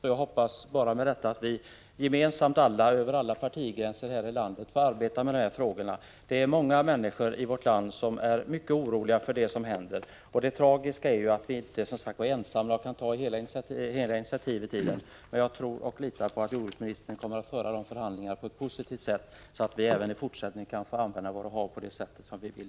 Herr talman! Jag tackar jordbruksministern för det senaste svaret. Jag hoppas att vi här i landet gemensamt, över alla partigränser, kan arbeta med dessa frågor. Det är många människor i vårt land som är mycket oroliga för det som händer. Det tragiska är att vi som sagt inte är ensamma och därför inte kan ta initiativ i obegränsad utsträckning. Jag tror, och litar på, att jordbruksministern kommer att föra förhandlingarna på ett positivt sätt, så att vi även i fortsättningen kan använda våra hav så som vi vill.